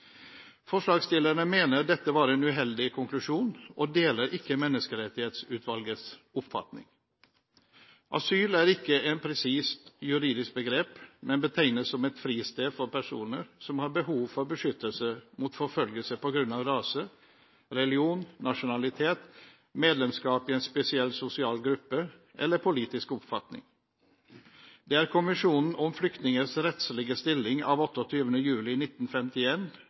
Forslagsstillerne mener dette var en uheldig konklusjon, og deler ikke Menneskerettighetsutvalgets oppfatning. Asyl er ikke et presist juridisk begrep, men betegnes som et fristed for personer som har behov for beskyttelse mot forfølgelse på grunn av rase, religion, nasjonalitet, medlemskap i en spesiell sosial gruppe eller politisk oppfatning. Det er konvensjonen om flyktningers rettslige stilling av 28. juli